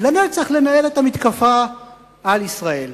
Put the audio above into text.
לנצח לנהל את המתקפה על ישראל.